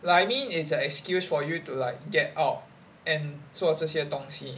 like I mean it's an excuse for you to like get out and 做这些东西